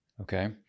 Okay